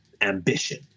ambition